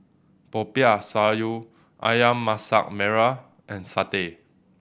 Popiah Sayur Ayam Masak Merah and satay